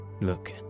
Look